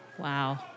Wow